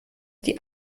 die